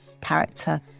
character